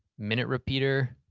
minute repeater.